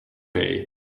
pay